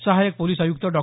सहायक पोलीस आयुक्त डॉ